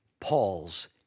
Paul's